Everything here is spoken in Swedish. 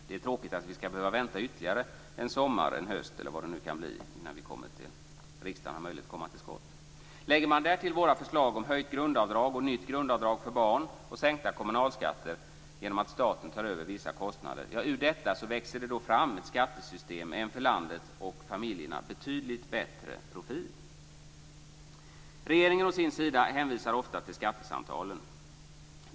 Det vore tråkigt om vi skulle behöva vänta ytterligare en sommar, en höst eller vad det nu kan bli innan riksdagen kan komma till skott. Lägger man därtill våra förslag om höjt grundavdrag, nytt grundavdrag för barn och sänkta kommunalskatter genom att staten tar över vissa kostnader, växer det fram ett skattesystem med en för landet och familjerna betydligt bättre profil. Regeringen å sin sida hänvisar ofta till skattesamtalen.